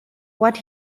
what